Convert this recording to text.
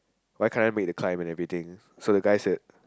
why can't I make the climb and everything so the guy said